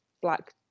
black